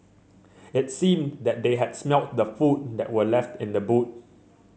it seemed that they had smelt the food that were left in the boot